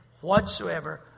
whatsoever